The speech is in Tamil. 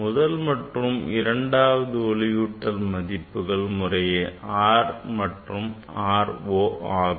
முதல் மற்றும் இரண்டாவது ஒளியூட்டல் மதிப்புகள் முறையே R and R 0 ஆகும்